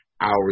hours